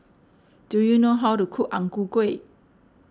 do you know how to cook Ang Ku Kueh